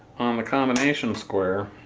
on the combination square